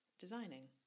designing